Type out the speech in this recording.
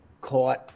caught